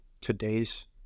today's